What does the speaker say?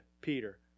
Peter